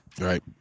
Right